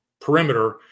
perimeter